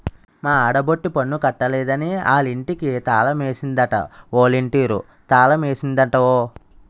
మా ఆడబొట్టి పన్ను కట్టలేదని ఆలింటికి తాలమేసిందట ఒలంటీరు తాలమేసిందట ఓ